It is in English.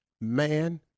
Man